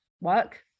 work